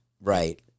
Right